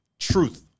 truth